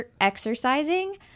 exercising